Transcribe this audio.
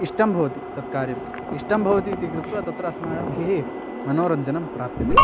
इष्टं भवति तत् कार्यम् इष्टं भवति इति कृत्वा तत्र अस्माभिः मनोरञ्जनं प्राप्यते